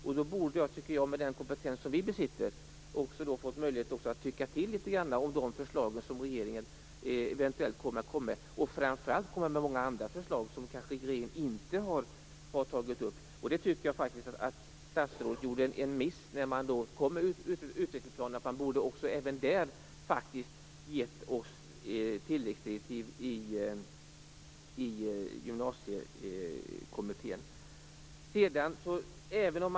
Då borde vi, med den kompetens som vi besitter, också få möjlighet att tycka till litet om de förslag som regeringen eventuellt kommer med och framför allt att komma med många andra förslag som regeringen inte tagit upp. Jag tycker faktiskt att statsrådet gjorde en miss i utvecklingsplanen. Man borde där ha gett oss i Gymnasiekommittén tilläggsdirektiv.